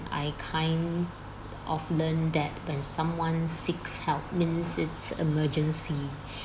I kind of learnt that when someone seeks help means it's emergency